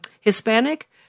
Hispanic